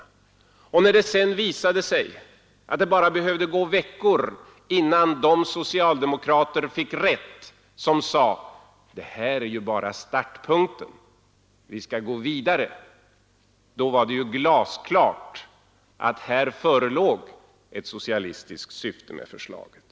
När det Nr 98 sedan visade sig att det bara behövde dröja några veckor innan de socialdemokrater fick rätt som sade att det här är ju bara startpunkten E och vi skall gå vidare, så var det glasklart att här förelåg ett socialistiskt 24 maj 1973 = syfte med förslaget.